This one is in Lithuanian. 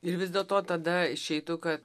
ir vis dėl to tada išeitų kad